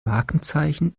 markenzeichen